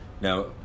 Now